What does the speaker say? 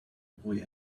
boy